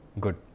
good